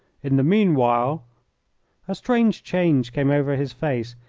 in the meanwhile a strange change came over his face,